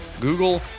Google